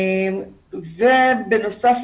בנוסף,